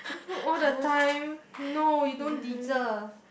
all the time no you don't deserve